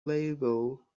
label